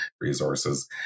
resources